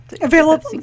available